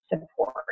support